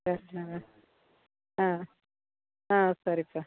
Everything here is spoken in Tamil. பிரச்சனை இல்லை ஆ ஆ சரிப்பா